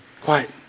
Quiet